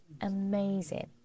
amazing